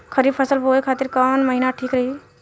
खरिफ फसल बोए खातिर कवन महीना ठीक रही?